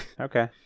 Okay